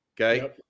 okay